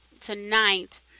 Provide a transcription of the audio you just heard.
tonight